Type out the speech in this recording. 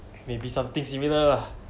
maybe something similar lah